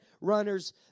runners